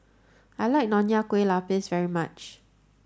I like Nonya Kueh Lapis very much